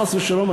חס ושלום,